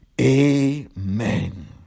Amen